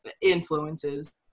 influences